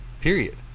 Period